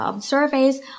surveys